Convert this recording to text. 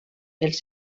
els